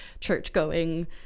church-going